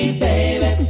baby